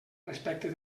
respecte